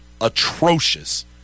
atrocious